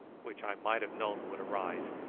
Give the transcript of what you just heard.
which i might have known would arise,